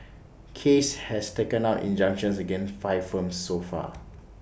case has taken out injunctions against five firms so far